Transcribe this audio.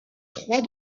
trois